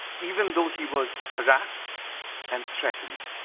even though he was harassed and threatened.